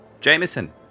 Jameson